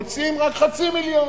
מוציאים רק חצי מיליון,